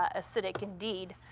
ah acidic indeed.